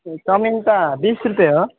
chowmein त बिस रुपियाँ हो